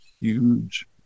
huge